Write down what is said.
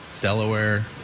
Delaware